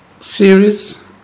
series